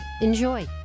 Enjoy